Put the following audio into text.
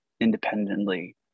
independently